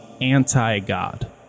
anti-God